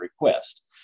request